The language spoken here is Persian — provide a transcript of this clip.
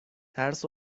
ترس